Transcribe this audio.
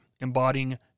embodying